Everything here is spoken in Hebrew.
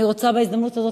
בהזדמנות הזאת,